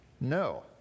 no